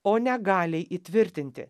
o ne galiai įtvirtinti